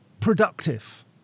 productive